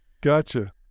Gotcha